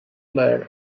layer